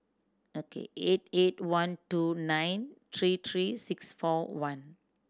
Ok eight eight one two nine three three six four one